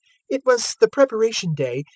it was the preparation day,